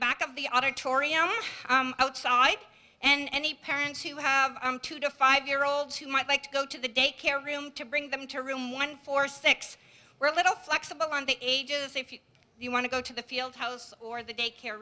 back of the auditorium outside and any parents who have two to five year olds who might like to go to the daycare room to bring them to room one for six we're little flexible on the ages if you want to go to the field house or the daycare